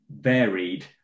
varied